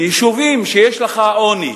ביישובים שיש לך עוני,